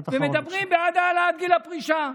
ומדברים בעד העלאת גיל הפרישה.